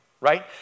right